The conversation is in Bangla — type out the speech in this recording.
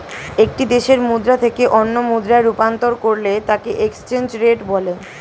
একটি দেশের মুদ্রা থেকে অন্য মুদ্রায় রূপান্তর করলে তাকেএক্সচেঞ্জ রেট বলে